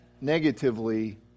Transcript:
negatively